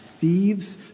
thieves